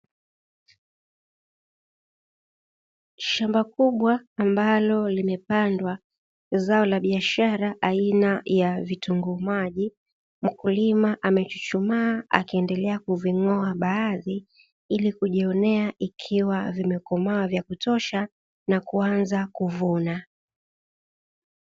Shamba kubwa ambalo limepandwa zao la biashara aina ya vitunguu maji, mkulima amechuchuma akaendelea kuvuna baadhi, ili kujionea ikiwa vimekomaa vya kutosha na kuanza kuvuna.